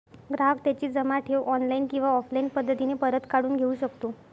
ग्राहक त्याची जमा ठेव ऑनलाईन किंवा ऑफलाईन पद्धतीने परत काढून घेऊ शकतो